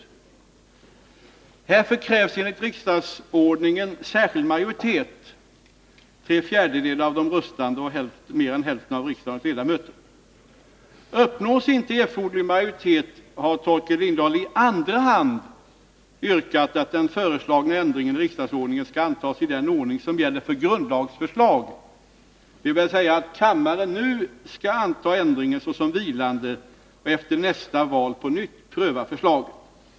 Härför krävs enligt riksdagsordningen särskild majoritet. Uppnås inte erforderlig majoritet har Torkel Lindahl i andra hand yrkat att den föreslagna ändringen i riksdagsordningen skall antas i den ordning som gäller för grundlagsförslag, dvs. att kammaren nu skall anta ändringen såsom vilande och efter nästa val på nytt pröva förslaget.